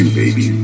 baby